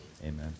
Amen